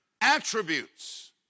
attributes